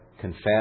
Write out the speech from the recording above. Confess